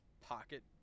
pocket